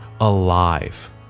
alive